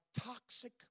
toxic